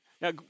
Now